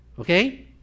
Okay